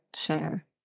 Share